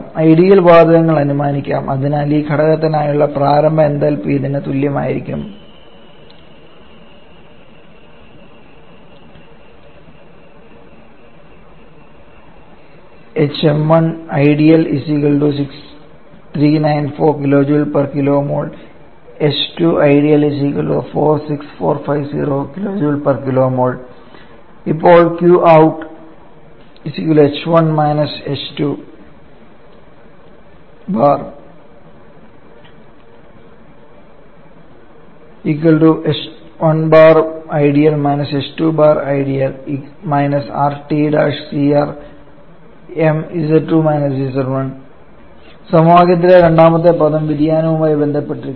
ideal വാതകങ്ങൾ അനുമാനിക്കാം അതിനാൽ ഈ ഘടകത്തിനായുള്ള പ്രാരംഭ എന്തൽപി ഇതിന് തുല്യമായിരിക്കണം ഇപ്പോൾ സമവാക്യത്തിലെ രണ്ടാമത്തെ പദം വ്യതിയാനവുമായി ബന്ധപ്പെട്ടിരിക്കുന്നു